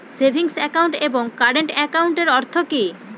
Savings account এবং current একাউন্টের অর্থ কি?